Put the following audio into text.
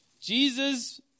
Jesus